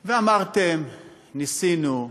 ואמרתם: ניסינו,